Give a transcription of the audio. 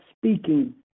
speaking